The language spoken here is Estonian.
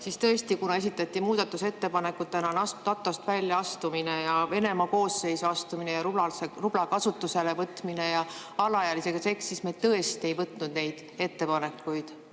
Tõesti, kuna muudatusettepanekutena esitati NATO‑st väljaastumine ja Venemaa koosseisu astumine ja rubla kasutusele võtmine ja alaealisega seks, siis me tõesti ei võtnud neid ettepanekuid